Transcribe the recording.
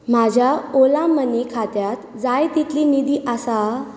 म्हज्या ओला मनी खात्यांत जाय तितली निधी आसा